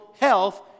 health